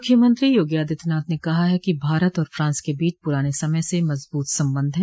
मुख्यमंत्री योगी आदित्यनाथ ने कहा कि भारत और फ्रांस के बीच पुराने समय से मजबूत संबंध है